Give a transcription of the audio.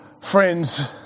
friends